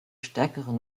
stärkere